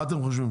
מה אתם חושבים,